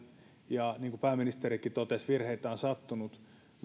ja niin kuin pääministerikin totesi virheitä on sattunut mutta